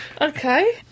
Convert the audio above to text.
Okay